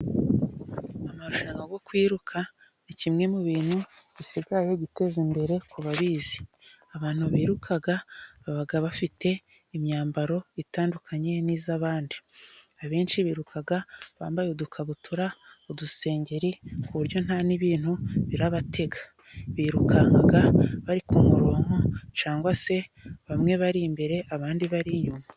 Amarushanwa yo kwiruka ,ni kimwe mu bintu bisigaye biteza imbere ku babizi. Abantu biruka baba bafite imyambaro itandukanye n'iy'abandi. Abenshi biruka bambaye: udukabutura, udusengeri ku buryo nta n'ibintu birabatega, birukanka bari ku murongo ,cyangwa se bamwe bari imbere abandi bari inyuma.